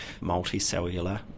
multicellular